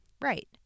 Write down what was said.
right